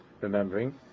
remembering